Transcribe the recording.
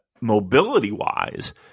Mobility-wise